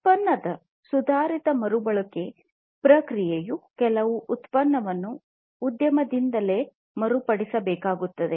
ಉತ್ಪನ್ನದ ಸುಧಾರಿತ ಮರುಪಡೆಯುವಿಕೆ ಪ್ರಕ್ರಿಯೆ ಕೆಲವು ಉತ್ಪನ್ನವನ್ನು ಉದ್ಯಮದಿಂದಲೇ ಮರುಪಡೆಯಬೇಕಾಗುತ್ತದೆ